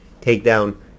takedown